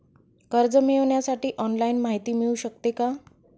कर्ज मिळविण्यासाठी ऑनलाईन माहिती मिळू शकते का?